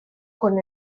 con